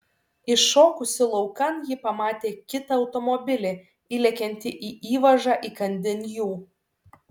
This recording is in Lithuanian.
iššokusi laukan ji pamatė kitą automobilį įlekiantį į įvažą įkandin jų